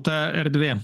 ta erdvė